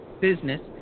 business